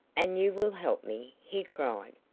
and you will help me? he cried.